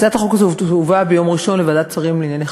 הצעת החוק הזאת הובאה ביום ראשון לוועדת שרים לענייני חקיקה.